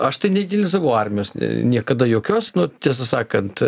aš tai neidealizavau armijos niekada jokios nu tiesą sakant